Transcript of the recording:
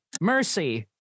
Mercy